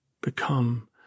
become